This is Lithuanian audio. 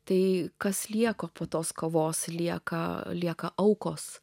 tai kas lieka po tos kovos lieka lieka aukos